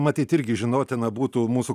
matyt irgi žinotina būtų mūsų